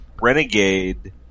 Renegade